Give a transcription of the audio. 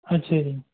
ਅੱਛਾ ਜੀ